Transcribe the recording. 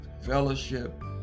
fellowship